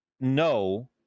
no